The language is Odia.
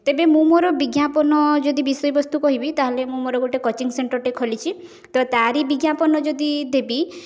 ତେବେ ମୁଁ ମୋର ବିଜ୍ଞାପନ ଯଦି ବିଷୟ ବସ୍ତୁ କହିବି ତା'ହେଲେ ମୁଁ ମୋର ଗୋଟେ କୋଚିଂ ସେଣ୍ଟରଟେ ଖୋଲିଛି ତ ତାରି ବିଜ୍ଞାପନ ଯଦି ଦେବି